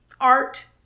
art